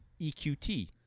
EQT